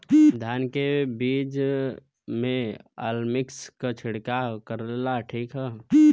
धान के बिज में अलमिक्स क छिड़काव करल ठीक ह?